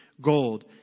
gold